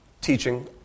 teaching